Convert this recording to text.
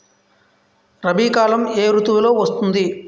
రబీ కాలం ఏ ఋతువులో వస్తుంది?